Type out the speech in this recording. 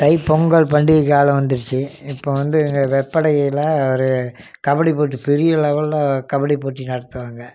தைப் பொங்கல் பண்டிகைக் காலம் வந்துருச்சு இப்போ வந்து எங்கள் வெப்படையில் ஒரு கபடி போட்டி பெரிய லெவலில் கபடி போட்டி நடத்துவாங்க